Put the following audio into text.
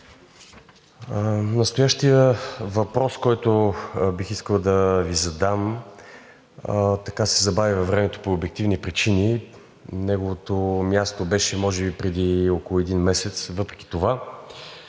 Настоящия въпрос, който бих искал да Ви задам, се забави във времето по обективни причини – неговото място беше може би преди около един месец, но въпреки това.